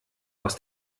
aus